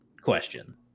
question